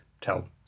tell